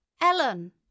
Ellen